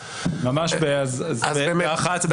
ב-13:00.